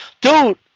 Dude